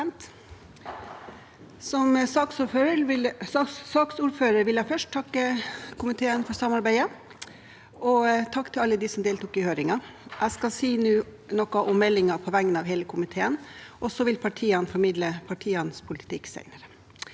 Som saksordfører vil jeg først takke komiteen for samarbeidet, og takk til alle dem som deltok i høringen. Jeg skal nå si noe om meldingen på vegne av hele komiteen, og så vil partiene selv formidle sin politikk. Hvert